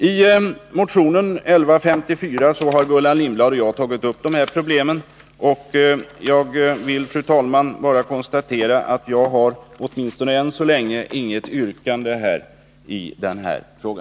I motionen 1154 har Gullan Lindblad och jag tagit upp de här problemen, och jag vill, fru talman, bara konstatera att jag åtminstone än så länge inte har något yrkande i denna fråga.